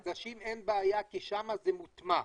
לא, לחדשים אין בעיה כי שם זה מוטמע.